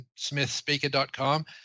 smithspeaker.com